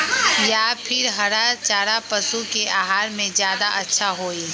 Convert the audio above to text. या फिर हरा चारा पशु के आहार में ज्यादा अच्छा होई?